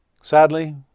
Sadly